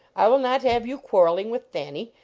i will not have you qiianvling with thanny.